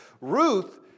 Ruth